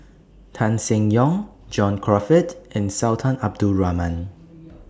Tan Seng Yong John Crawfurd and Sultan Abdul Rahman